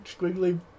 Squiggly